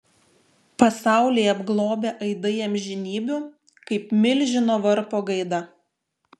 pasaulį apglobę aidai amžinybių kaip milžino varpo gaida